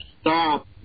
stop